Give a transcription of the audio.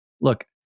Look